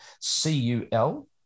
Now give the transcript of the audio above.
C-U-L